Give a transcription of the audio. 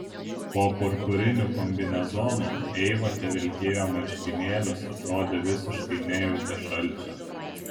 po purpuriniu kombinezonu eiva tevilkėjo marškinėlius atrodė visiškai nejautė šalčio